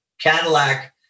Cadillac